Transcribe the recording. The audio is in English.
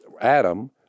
Adam